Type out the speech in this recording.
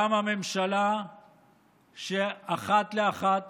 קמה ממשלה שאחת לאחת